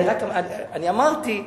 אמרתי: